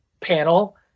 panel